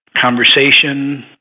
conversation